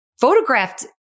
photographed